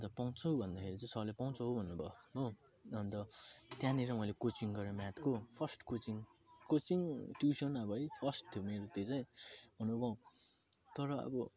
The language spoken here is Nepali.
अनि त पाउँछु भन्दाखेरि चाहिँ सरले पाउँछौँ भन्नुभयो हो अनि त त्यहाँनिर मैले कोचिङ गरेँ मैले म्याथको फस्ट कोचिङ कोचिङ टिउसन अब है फस्ट थियो मेरो त्यो चाहिँ अनुभव तर अब